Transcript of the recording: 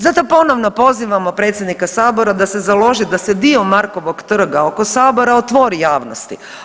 Zato ponovno pozivamo predsjednika sabora da se založi da se dio Markovog trga oko sabora otvori javnost.